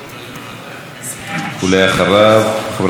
ואחריו חברת הכנסת יעל גרמן.